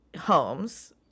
homes